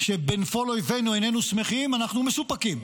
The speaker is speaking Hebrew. שבנפול אויבינו איננו שמחים, אנחנו מסופקים.